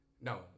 no